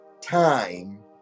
time